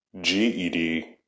GED